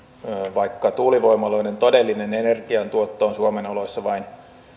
vaikka tuulivoimaloiden todellinen energiantuotto on suomen oloissa vain